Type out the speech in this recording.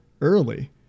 early